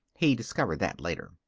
he discovered that later.